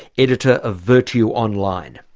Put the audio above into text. editor of virtue online,